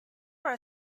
are